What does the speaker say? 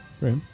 Right